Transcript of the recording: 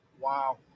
Wow